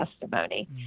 testimony